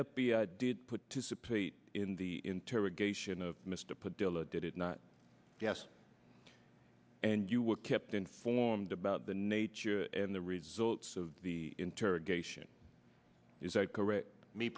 i did put dissipate in the interrogation of mr padilla did it not yes and you were kept informed about the nature and the results of the interrogation is that correct me